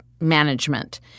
management